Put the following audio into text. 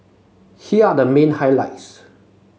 here are the main highlights